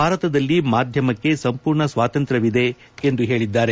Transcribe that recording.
ಭಾರತದಲ್ಲಿ ಮಾಧ್ಯಮಕ್ಕೆ ಸಂಪೂರ್ಣ ಸ್ವಾತಂತ್ರ್ಯವಿದೆ ಎಂದು ಹೇಳಿದ್ದಾರೆ